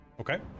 Okay